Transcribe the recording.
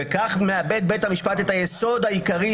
וכך מאבד בית המשפט את היסוד העיקרי,